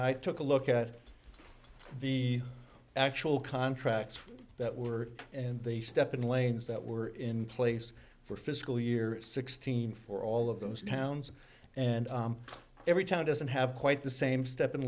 i took a look at the actual contracts that were and the step in lanes that were in place for fiscal year sixteen for all of those towns and every town doesn't have quite the same step